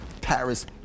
Paris